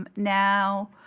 um now,